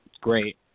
great